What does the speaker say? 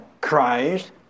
Christ